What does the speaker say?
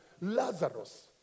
Lazarus